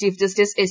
chief justice S